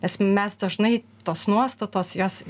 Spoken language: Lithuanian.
nes mes dažnai tos nuostatos jos